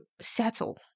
settle